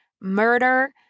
murder